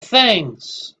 things